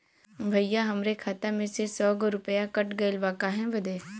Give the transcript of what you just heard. भईया हमरे खाता में से सौ गो रूपया कट गईल बा काहे बदे?